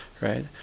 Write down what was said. right